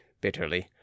bitterly